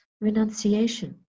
renunciation